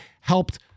helped